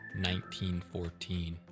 1914